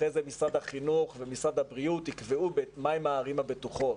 אחרי זה משרד החינוך ומשרד הבריאות יקבעו מהן הערים הבטוחות.